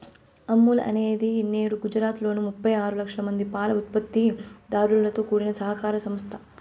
అమూల్ అనేది నేడు గుజరాత్ లోని ముప్పై ఆరు లక్షల మంది పాల ఉత్పత్తి దారులతో కూడిన సహకార సంస్థ